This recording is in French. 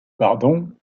pardon